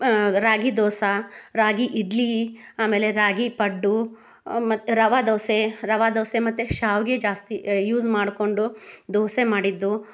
ರಾಗಿ ದೋಸೆ ರಾಗಿ ಇಡ್ಲಿ ಆಮೇಲೆ ರಾಗಿ ಪಡ್ಡು ಮತ್ತು ರವೆ ದೋಸೆ ರವೆ ದೋಸೆ ಮತ್ತು ಶಾವಿಗೆ ಜಾಸ್ತಿ ಯೂಸ್ ಮಾಡಿಕೊಂಡು ದೋಸೆ ಮಾಡಿದ್ದು